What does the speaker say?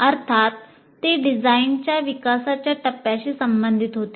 अर्थात ते डिझाइनच्या विकासाच्या टप्प्याशी संबंधित होते